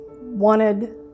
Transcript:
wanted